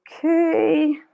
Okay